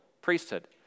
priesthood